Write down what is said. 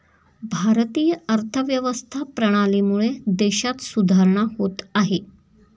भारतीय अर्थव्यवस्था प्रणालीमुळे देशात सुधारणा होत आहे